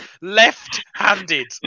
Left-handed